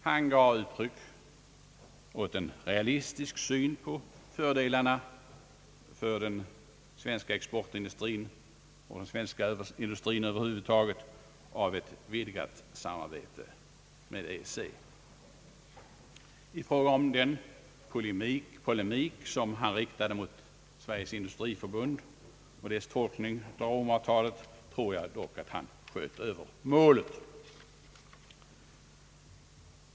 Han gav uttryck åt en realistisk syn på fördelarna för den svenska exportindustrin och industrin över huvud taget av ett vidgat samarbete med EEC. I fråga om den polemik som han riktade mot Sveriges industriförbund och dess tolkning av Rom-avtalet tror jag dock att han sköt över målet.